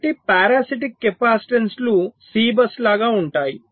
కాబట్టి పారాసిటిక్ కెపాసిటెన్సులు C bus లాగా ఉంటాయి